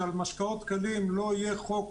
שעל משקאות קלים לא יהיה חוק